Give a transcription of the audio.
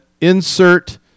insert